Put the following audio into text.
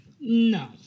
No